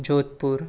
Jodhpur